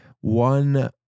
one